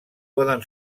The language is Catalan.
poden